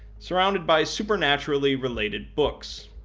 surrounded by supernaturally-related books,